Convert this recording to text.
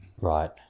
right